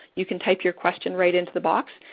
you can type your question right into the box.